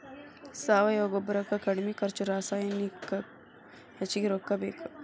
ಸಾವಯುವ ಗೊಬ್ಬರಕ್ಕ ಕಡಮಿ ಖರ್ಚು ರಸಾಯನಿಕಕ್ಕ ಹೆಚಗಿ ರೊಕ್ಕಾ ಬೇಕ